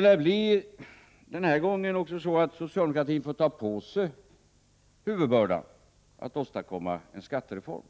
lär väl också den här gången bli så att socialdemokratin får ta på sig huvudbördan att åstadkomma en skattereform.